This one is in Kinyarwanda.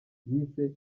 yise